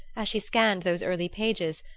as she scanned those early pages,